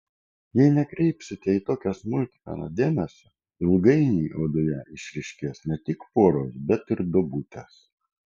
jei nekreipsite į tokią smulkmeną dėmesio ilgainiui odoje išryškės ne tik poros bet ir duobutės